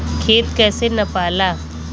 खेत कैसे नपाला?